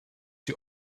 die